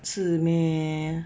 是 meh